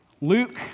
Luke